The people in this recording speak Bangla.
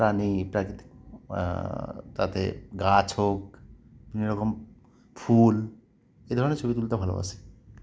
প্রাণী প্রাকৃতিক তাতে গাছ হোক বিভিন্ন রকম ফুল এ ধরনের ছবি তুলতে ভালোবাসি